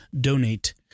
donate